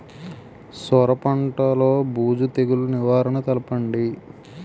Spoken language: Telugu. సొర పంటలో బూజు తెగులు నివారణ తెలపండి?